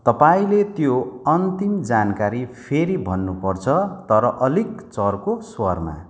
तपाईँले त्यो अन्तिम जानकारी फेरि भन्नुपर्छ तर अलिक चर्को स्वरमा